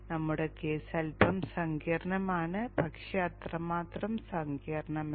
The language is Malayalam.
നമ്മുടെ കേസ് അൽപ്പം സങ്കീർണ്ണമാണ് പക്ഷേ അത്ര മാത്രം സങ്കീർണ്ണമല്ല